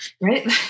Right